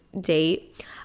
date